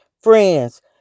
friends